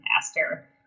faster